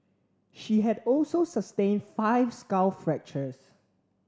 she had also sustained five skull fractures